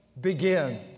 Begin